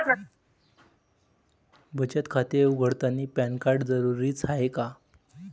बचत खाते उघडतानी पॅन कार्ड जरुरीच हाय का?